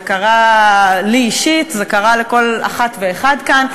זה קרה לי אישית, זה קרה לכל אחת ואחד כאן.